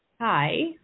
Hi